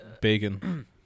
bacon